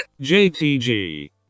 jtg